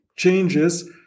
changes